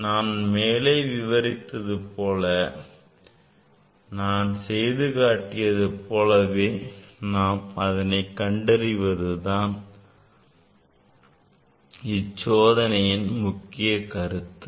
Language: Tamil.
நான் மேலே விவரித்தது போலவே நான் செய்து காட்டியது போலவே நாம் அதனை கண்டறிவது தான் இச்சோதனையின் முக்கிய கருத்தாகும்